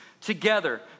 together